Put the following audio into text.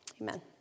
Amen